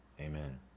Amen